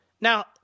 Now